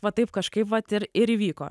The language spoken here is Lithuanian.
va taip kažkaip vat ir ir įvyko